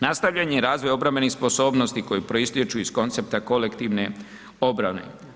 Nastavljen je i razvoj obrambenih sposobnosti koji proistječu iz koncepta kolektivne obrane.